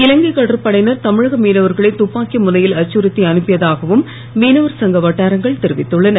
இலங்கை கடற்படையினர் தமிழக மீனவர்களை துப்பாக்கி முனையில் அச்சுறுத்தி அனுப்பியதாகவும் மீனவர் சங்க வட்டாரங்கள் தெரிவித்துள்ளன